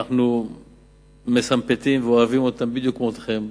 אנו אוהבים אותם בדיוק כמו אתכם.